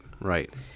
right